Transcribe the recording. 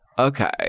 okay